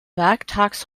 werktags